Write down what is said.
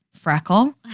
freckle